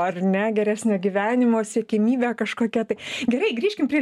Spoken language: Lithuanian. ar ne geresnio gyvenimo siekiamybė kažkokia tai gerai grįžkim prie